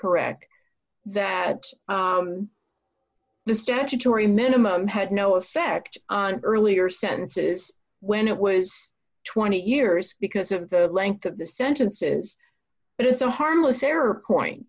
correct that the statutory minimum had no effect on earlier sentences when it was twenty years because of the length of the sentences but it's a harmless error